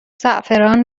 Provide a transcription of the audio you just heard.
زعفران